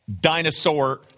dinosaur